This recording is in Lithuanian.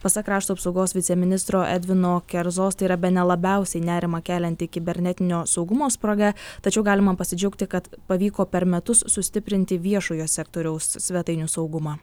pasak krašto apsaugos viceministro edvino kerzos tai yra bene labiausiai nerimą kelianti kibernetinio saugumo spraga tačiau galima pasidžiaugti kad pavyko per metus sustiprinti viešojo sektoriaus svetainių saugumą